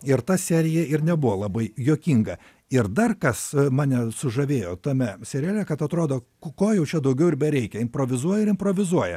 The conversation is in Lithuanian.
ir ta serija ir nebuvo labai juokinga ir dar kas mane sužavėjo tame seriale kad atrodo ko jau čia daugiau ir bereikia improvizuoja ir improvizuoja